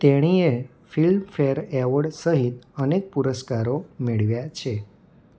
તેણીએ Filmfare award સહિત અનેક પુરસ્કારો મેળવ્યાં છે